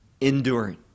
enduring